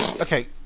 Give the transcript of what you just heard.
okay